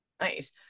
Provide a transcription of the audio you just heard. Nice